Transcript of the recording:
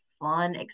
fun